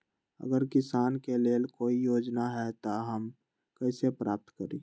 अगर किसान के लेल कोई योजना है त हम कईसे प्राप्त करी?